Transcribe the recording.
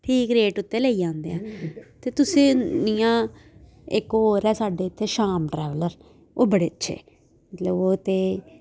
ठीक रेट उत्थे लेई जन्दे ते तुसें इ'यां इक होर ऐ साढ़ै इत्थे शाम ट्रेवलर ओह् बड़े अच्छे मतलब ओह् ते